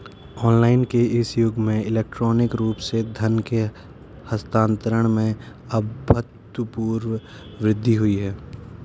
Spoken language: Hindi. ऑनलाइन के इस युग में इलेक्ट्रॉनिक रूप से धन के हस्तांतरण में अभूतपूर्व वृद्धि हुई है